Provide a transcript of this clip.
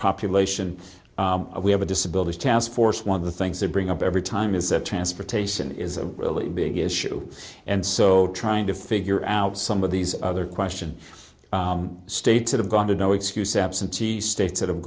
population we have a disability task force one of the the things bring up every time is that transportation is a really big issue and so trying to figure out some of these other question states that have gone to no excuse absentee states ha